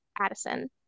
Addison